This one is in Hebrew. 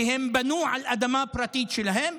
כי הם בנו על אדמה פרטית שלהם?